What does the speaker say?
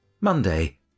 Monday